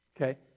Okay